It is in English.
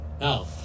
Now